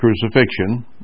crucifixion